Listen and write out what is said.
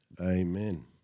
Amen